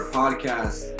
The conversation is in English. podcast